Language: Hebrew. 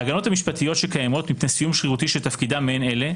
ההגנות המשפטיות הקיימות מפני סיום שרירותי של תפקידם של אלה,